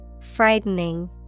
Frightening